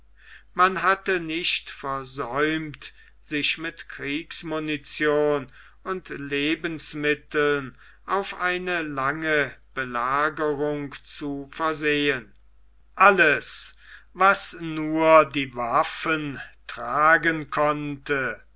man hatte nicht versäumt sich mit kriegsmunition und lebensmitteln auf eine lange belagerung zu versehen alles was nur die waffen tragen konnte